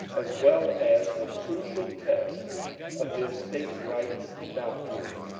as well as the crucial test of their state rights doctrine.